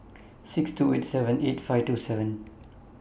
six two eight seven eight five two seven